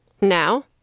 Now